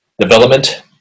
development